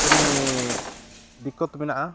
ᱟᱹᱞᱤᱧ ᱫᱤᱠᱠᱚᱛ ᱢᱮᱱᱟᱜᱼᱟ